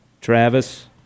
Travis